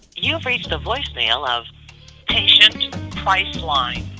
you've reached the voicemail of patient priceline.